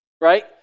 right